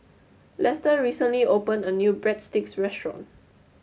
Lester recently opened a new Breadsticks Restaurant